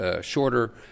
shorter